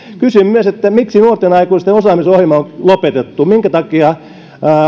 kysyn myös miksi nuorten aikuisten osaamisohjelma on lopetettu minkä takia